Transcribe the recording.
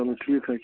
چلو ٹھیٖک حظ چھُ